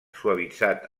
suavitzat